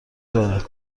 دارد